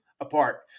apart